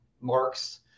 marks